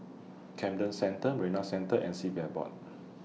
Camden Centre Marina Centre and C P F Board